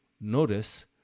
notice